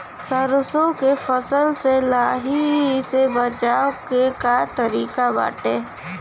सरसो के फसल से लाही से बचाव के का तरीका बाटे?